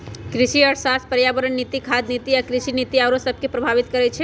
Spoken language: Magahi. कृषि अर्थशास्त्र पर्यावरण नीति, खाद्य नीति आ कृषि नीति आउरो सभके प्रभावित करइ छै